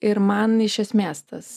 ir man iš esmės tas